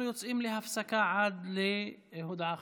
אנחנו יוצאים להפסקה עד להודעה חדשה.